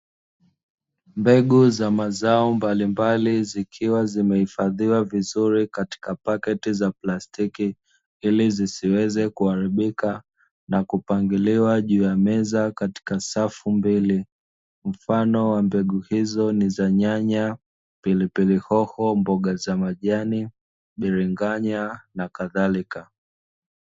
Mbegu za mazao mbalimbali zikiwa zimehifadhiwa vizuri katika paketi za plastiki ili zisiweze kuharibika na kupangiliwa juu ya meza katika safu mbili. Mfano wa mbegu hizo ni za nyanya, pilipili hoho, mboga za majani, biringanya na kadhalika.